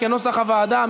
כנוסח הוועדה.